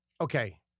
Okay